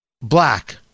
black